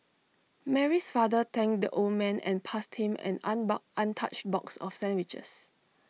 Mary's father thanked the old man and passed him an an untouched box of sandwiches